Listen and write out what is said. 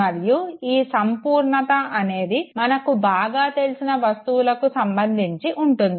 మరియు ఈ సంపూర్ణత అనేది మనకు బాగా తెలిసిన వస్తువులకు సంబంధించి ఉంటుంది